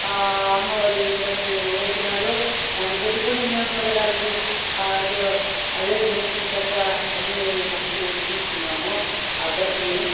అమ్మ ఒడి డబ్బు వేసినారు దాన్ని పెట్టుకొని మేము పిల్లలకి అది ఏది మంచి చెడ్డ అన్నీ మొత్తం మేము చూసుకున్నాము ఆ డబ్బుని